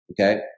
Okay